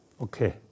Okay